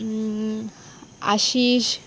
Ashish